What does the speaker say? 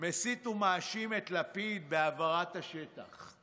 מסית ומאשים את לפיד בהבערת השטח.